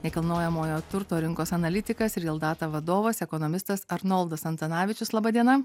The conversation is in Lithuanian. nekilnojamojo turto rinkos analitikas real data vadovas ekonomistas arnoldas antanavičius laba diena